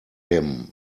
him